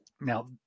Now